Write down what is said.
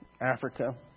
Africa